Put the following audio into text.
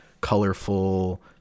colorful